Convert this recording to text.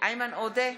איימן עודה,